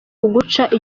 kuguca